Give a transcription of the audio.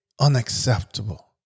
unacceptable